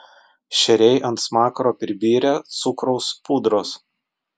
šeriai ant smakro pribirę cukraus pudros